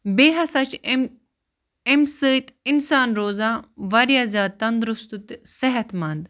بیٚیہِ ہَسا چھِ امہِ امہِ سۭتۍ اِنسان روزان واریاہ زیادٕ تنٛدرُستہٕ تہِ صحت منٛد